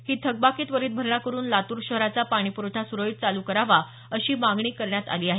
ही थकबाकी त्वरित भरणा करून लातूर शहराचा पाणी प्रवठा सुरळीत चालू करावा अशी मागणी करण्यात आली आहे